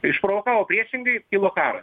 išprovokavo priešingai kilo karas